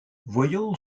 voyant